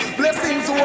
blessings